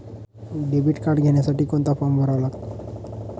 Debit card घेण्यासाठी कोणता form भरावा लागतो?